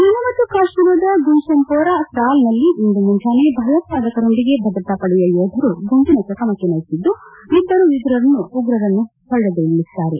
ಜಮ್ಮು ಮತ್ತು ಕಾಶ್ಮೀರದ ಗುಲ್ಶನ್ಪೋರಾ ತ್ರಾಲ್ನಲ್ಲಿ ಇಂದು ಮುಂಜಾನೆ ಭಯೋತ್ಸಾದಕರೊಂದಿಗೆ ಭದ್ರತಾ ಪಡೆಯ ಯೋಧರು ಗುಂಡಿನ ಚಕಮಕಿ ನಡೆಸಿದ್ದು ಇಬ್ಬರು ಉಗ್ರರನ್ನು ಹೊಡೆದುರುಳಿಸಿದ್ದಾರೆ